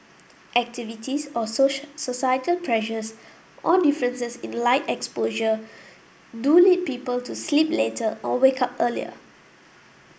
activities or societal pressures or differences in light exposure do lead people to sleep later or wake up earlier